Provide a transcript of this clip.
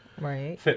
Right